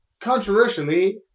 Controversially